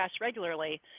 regularly